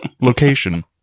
location